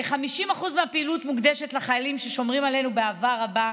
כ-50% מהפעילות מוקדשת לחיילים ששומרים עלינו באהבה רבה,